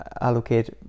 allocate